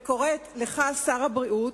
וקוראת לך, שר הבריאות,